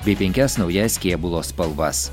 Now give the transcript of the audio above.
bei penkias naujas kėbulo spalvas